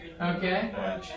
Okay